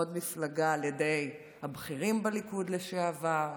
עוד מפלגה על ידי הבכירים בליכוד לשעבר.